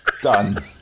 Done